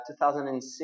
2006